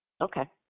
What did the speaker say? Okay